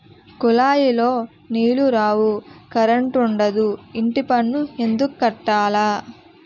కులాయిలో నీలు రావు కరంటుండదు ఇంటిపన్ను ఎందుక్కట్టాల